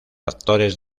actores